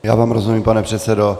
Já vám rozumím, pane předsedo.